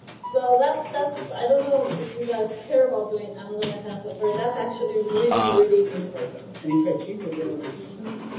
so that's that's i don't know if you guys care about doing amazon mechanical turk that's actually really, really, important. and if i cheat i get only two cents?